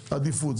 העדיפות.